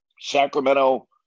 Sacramento